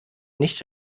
nicht